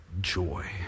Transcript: joy